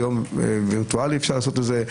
היום אפשר לעשות את זה וירטואלי,